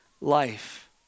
life